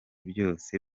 byose